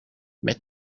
met